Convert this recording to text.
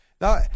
Now